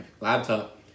laptop